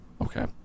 Okay